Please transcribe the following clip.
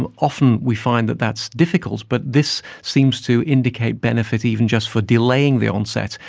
and often we find that that's difficult, but this seems to indicate benefit even just for delaying the onset.